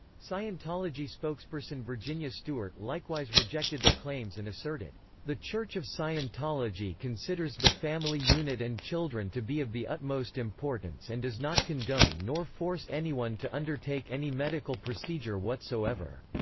scientology spokesperson virginia stewart likewise rejected the claims and asserted the church of scientology considers the family unit and children to be of the utmost importance and does not condone nor force anyone to undertake any medical procedure procedure whatsoever.